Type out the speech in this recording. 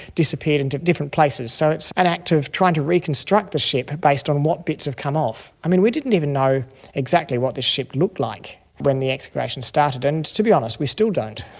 disappeared into different places. so it's an act of trying to reconstruct the ship based on what bits have come off. i mean, we didn't even know exactly what this ship looked like when the excavation started and, to be honest, we still don't.